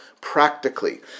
practically